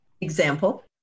Example